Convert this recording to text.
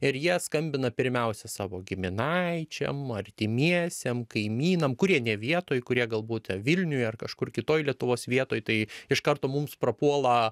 ir jie skambina pirmiausia savo giminaičiam artimiesiem kaimynam kurie ne vietoj kurie galbūt vilniuj ar kažkur kitoj lietuvos vietoj tai iš karto mums prapuola